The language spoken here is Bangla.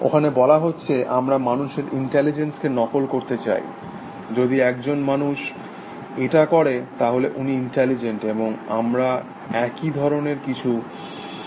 ওখানে বলা হচ্ছে আমরা মানুষের ইন্টেলিজেন্সকে নকল করতে চাই যদি একজন মানুষ এটা করে তাহলে উনি ইন্টেলিজেন্ট এবং আমরা একই ধরণের কিছু করতে চাইব